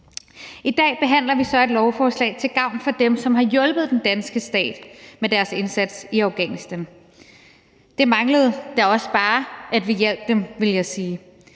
I dag behandler vi så et lovforslag til gavn for dem, som har hjulpet den danske stat med deres indsats i Afghanistan. Det manglede da også bare, at vi hjalp dem, vil jeg sige.